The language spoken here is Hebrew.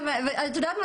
את יודעת מה,